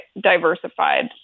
diversified